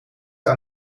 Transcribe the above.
aan